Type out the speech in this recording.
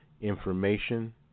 information